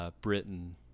Britain